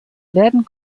werden